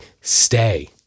stay